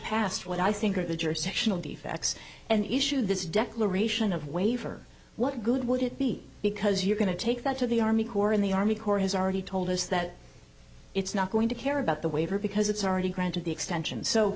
past what i think are the jurisdictional defects and issue this declaration of waiver what good would it be because you're going to take that to the army corps in the army corps has already told us that it's not going to care about the waiver because it's already granted the extension so